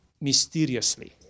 mysteriously